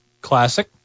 Classic